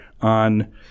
on